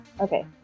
Okay